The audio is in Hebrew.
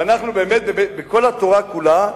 ובכל התורה כולה,